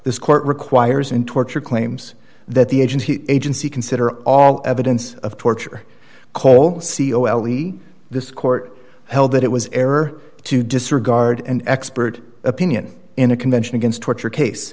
this court requires in torture claims that the agency agency consider all evidence of torture call c o l e this court held that it was error to disregard an expert opinion in a convention against torture case